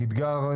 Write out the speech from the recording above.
אתגר,